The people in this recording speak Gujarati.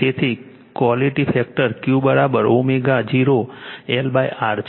તેથી ક્વૉલિટી ફેક્ટર Qω0 LR છે